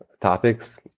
topics